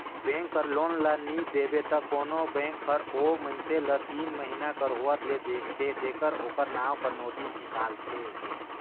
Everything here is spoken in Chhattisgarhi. बेंक कर लोन ल नी देबे त कोनो बेंक हर ओ मइनसे ल तीन महिना कर होवत ले देखथे तेकर ओकर नांव कर नोटिस हिंकालथे